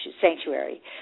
sanctuary